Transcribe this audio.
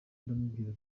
ndamubwira